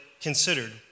considered